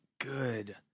good